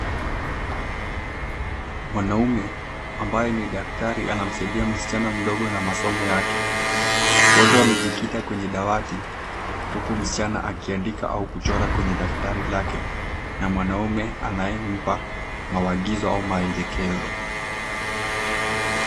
Mwanaume, ambaye ni daktari, anamsaidia msichana mdogo na masomo yake. Wote wamejikita kwenye dawati huku msichana akiandika au kuchora kwenye daftari lake na mwanaume anayempa maagizo au maelekezo.